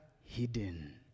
hidden